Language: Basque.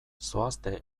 zoazte